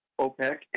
OPEC